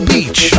Beach